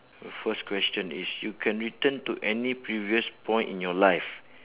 uh first question is you can return to any previous point in your life